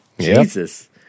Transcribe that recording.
Jesus